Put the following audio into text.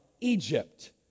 egypt